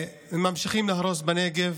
ממשיכים להרוס בנגב.